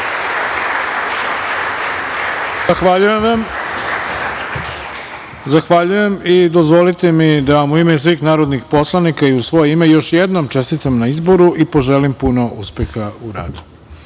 Zahvaljujem vam. Dozvolite mi da vam u ime svih narodnih poslanika i u svoje ime još jednom čestitam na izboru i poželim puno uspeha u radu. Ovim